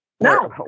No